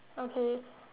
okay